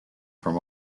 from